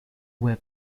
were